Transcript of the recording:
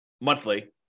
monthly